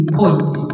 points